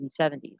1970s